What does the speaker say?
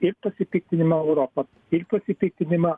ir pasipiktinimą europa ir pasipiktinimą